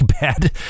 bad